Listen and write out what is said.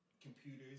computers